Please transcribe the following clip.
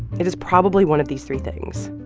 it is probably one of these three things.